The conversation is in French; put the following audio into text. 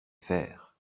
faire